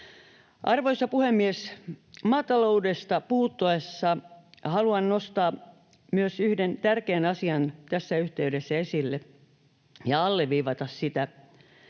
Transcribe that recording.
Arvoisa puhemies! Maataloudesta puhuttaessa haluan nostaa myös yhden tärkeän asian tässä yhteydessä esille ja alleviivata sitä.